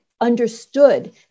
understood